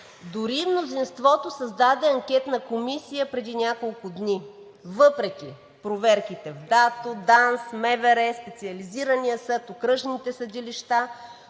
дори мнозинството създаде анкетна комисия преди няколко дни, въпреки проверките в ДАТО, ДАНС, МВР, Специализирания съд и окръжните съдилища,